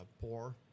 poor